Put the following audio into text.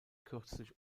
kürzlich